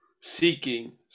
seeking